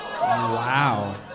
Wow